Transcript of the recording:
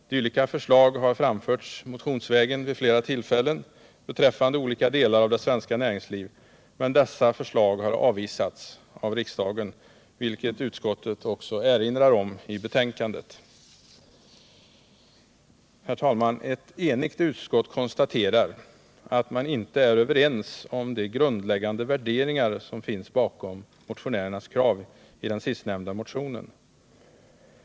Dylika förslag har framförts motionsvägen vid flera tillfällen beträffande olika delar av det svenska näringslivet, men dessa förslag har avvisats av riksdagen, vilket utskottet också erinrar om i betänkandet. Herr talman! Ett enigt utskott konstaterar att man inte är överens om de grundläggande värderingar som finns bakom motionärernas krav i den sistnämnda motionen.